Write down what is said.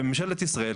ממשלת ישראל,